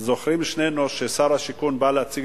שנינו זוכרים שכששר השיכון בא להציג